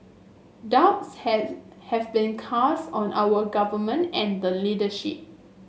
doubts have been cast on our Government and the leadership